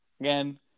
Again